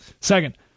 Second